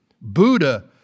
Buddha